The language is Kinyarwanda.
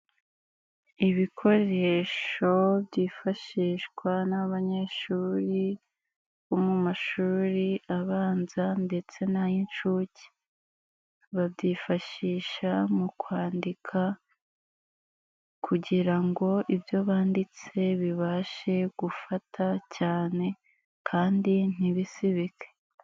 Ibikoresho byifashishwa n'abanyeshuri bo mu mashuri abanza ndetse n'ay'inshuke. Babyifashisha mu kwandika kugira ngo ibyo banditse bibashe gufata cyane kandi ntibisibike.